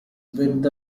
with